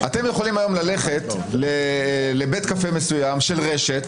אתם יכולים ללכת לסניפים של אותה הרשת,